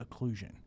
occlusion